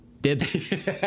Dibs